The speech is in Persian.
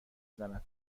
زند